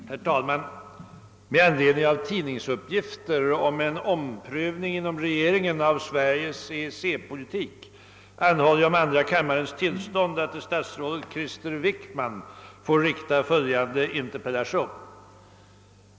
Herr talman! Med anledning av tidningsuppgifter om en omprövning inom regeringen av Sveriges EEC-politik anhåller jag om andra kammarens tillstånd att till statsrådet Krister Wickman få rikta följande frågor: 1.